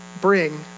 bring